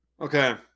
Okay